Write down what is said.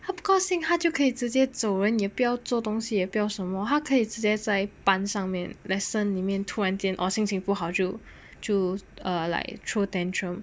他不高兴他就可以直接走人也不要做东西也不要什么他可以直接在班上面 lesson 里面突然间 orh 心情不好就就 like throw tantrum